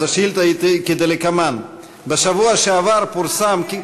אז השאילתה היא כדלקמן: בשבוע שעבר פורסם כי,